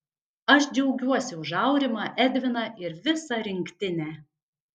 aš džiaugiuosi už aurimą edviną ir visą rinktinę